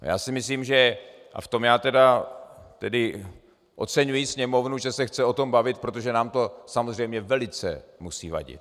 Já si myslím, a v tom tedy oceňuji Sněmovnu, že se chce o tom bavit, protože nám to samozřejmě velice musí vadit.